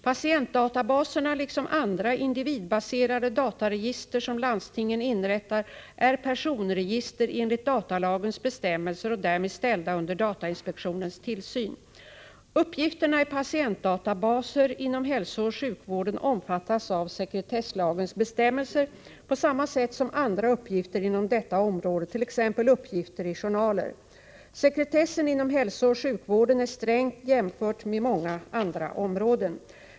Patientdatabaserna — liksom andra individbaserade dataregister som landstingen inrättar — är personregister enligt datalagens bestämmelser och därmed ställda under datainspektionens tillsyn. Uppgifterna i patientdatabaser inom hälsooch sjukvården omfattas av sekretesslagens bestämmelser på samma sätt som andra uppgifter inom detta område, t.ex. uppgifter i journaler. Sekretessen inom hälsooch sjukvården är sträng jämfört med många andra områden.